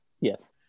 Yes